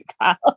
Kyle